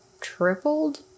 tripled